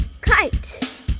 kite